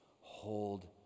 Hold